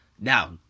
Now